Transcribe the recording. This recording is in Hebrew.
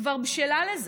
כבר בשלה לזה.